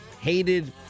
hated